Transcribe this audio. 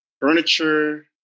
furniture